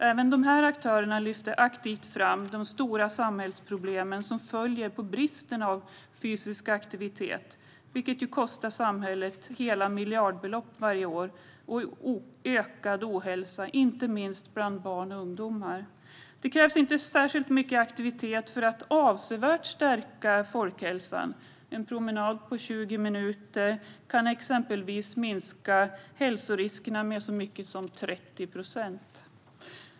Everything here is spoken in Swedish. Även dessa aktörer lyfter aktivt fram de stora samhällsproblem som följer av bristen på fysisk aktivitet, vilket kostar samhället miljardbelopp varje år och leder till ökad ohälsa, inte minst bland barn och unga. Det krävs inte särskilt mycket aktivitet för att avsevärt stärka folkhälsan. En promenad på 20 minuter om dagen kan exempelvis minska hälsoriskerna med så mycket som 30 procent.